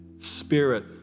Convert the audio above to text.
Spirit